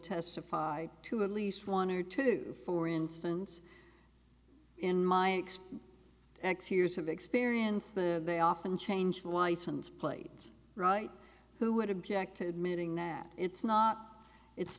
testify to at least one or two for instance in my next x years of experience the they often change from license plates right who would object to admitting it's not it's